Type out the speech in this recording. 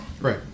Right